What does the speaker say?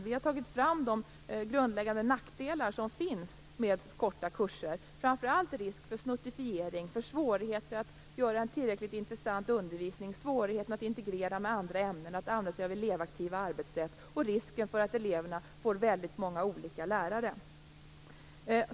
Vi har tagit fram de grundläggande nackdelar som finns med korta kurser, framför risken för snuttifiering, för svårigheter att ha en tillräckligt intressant undervisning, svårigheter att integrera med andra ämnen, att använda sig av elevaktiva arbetssätt och risken för att eleverna får väldigt många olika lärare.